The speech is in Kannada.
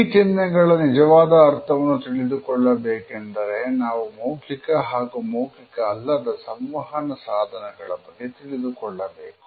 ಈ ಚಿಹ್ನೆಗಳ ನಿಜವಾದ ಅರ್ಥವನ್ನು ತಿಳಿದುಕೊಳ್ಳಬೇಕೆಂದರೆ ನಾವು ಮೌಖಿಕ ಹಾಗೂ ಮೌಖಿಕ ಅಲ್ಲದ ಸಂವಹನ ಸಾಧನಗಳ ಬಗ್ಗೆ ತಿಳಿದುಕೊಳ್ಳಬೇಕು